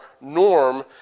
norm